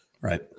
right